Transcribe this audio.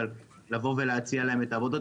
לבוא ולהציע להם את העבודות,